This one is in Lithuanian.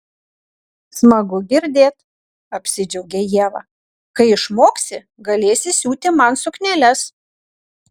smagu girdėt apsidžiaugė ieva kai išmoksi galėsi siūti man sukneles